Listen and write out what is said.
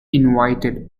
invited